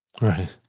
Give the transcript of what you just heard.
Right